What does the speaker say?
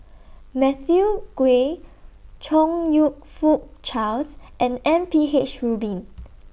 Matthew Ngui Chong YOU Fook Charles and M P H Rubin